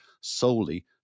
solely